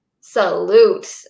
salute